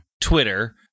Twitter